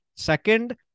Second